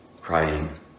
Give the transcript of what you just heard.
crying